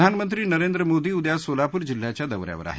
प्रधानमंत्री नरेंद्र मोदी उद्या सोलापूर जिल्ह्याच्या दौऱ्यावर आहेत